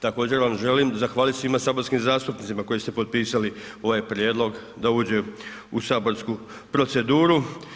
Također vam želim zahvalit svima saborskim zastupnicima koji ste potpisali ovaj prijedlog da uđe u saborsku proceduru.